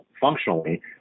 functionally